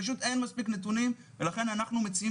פשוט אין מספיק נתונים ולכן אנחנו מציעים